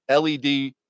led